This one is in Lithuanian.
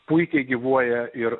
puikiai gyvuoja ir